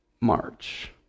march